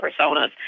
personas